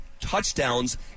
touchdowns